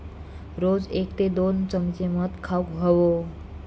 रोज एक ते दोन चमचे मध खाउक हवो